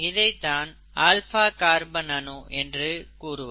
இதை தான் alpha carbon அணு என்று கூறுவர்